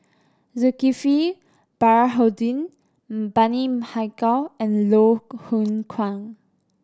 Zulkifli Baharudin Bani Haykal and Loh Hoong Kwan